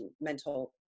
mental